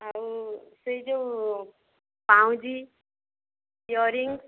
ଆଉ ସେଇ ଯେଉଁ ପାଉଁଜି ଇୟରିଙ୍ଗସ୍